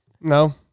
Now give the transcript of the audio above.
No